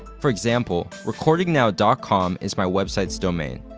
for example, recordingnow dot com is my website's domain.